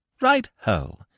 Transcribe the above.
Right-ho